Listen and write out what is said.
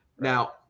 now